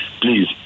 Please